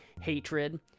hatred